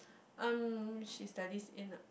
um she's studies in uh